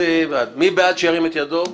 מי שבעד שירים את ידו.